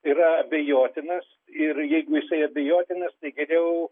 yra abejotinas ir jeigu jisai abejotinas tai geriau